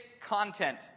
content